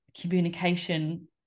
communication